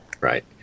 right